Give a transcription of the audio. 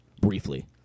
briefly